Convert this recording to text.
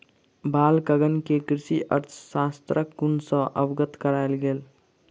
बालकगण के कृषि अर्थशास्त्रक गुण सॅ अवगत करायल गेल